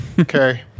Okay